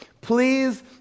Please